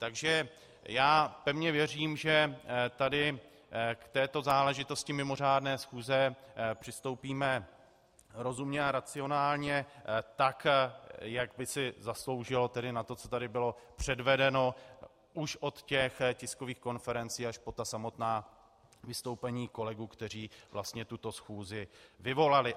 Takže já pevně věřím, že tady k této záležitosti mimořádné schůze přistoupíme rozumně a racionálně tak, jak by si zasloužila, tedy na to, co tady bylo předvedeno už od těch tiskových konferencí až po ta samotná vystoupení kolegů, kteří vlastně tuto schůzi vyvolali.